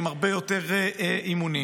עם הרבה יותר אימונים.